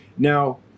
Now